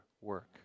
work